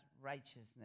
righteousness